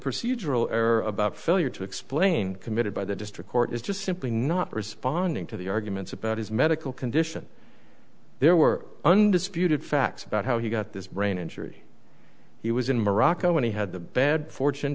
procedural error about failure to explain committed by the district court is just simply not responding to the arguments about his medical condition there were undisputed facts about how he got this brain injury he was in morocco when he had the bad fortune